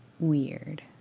Weird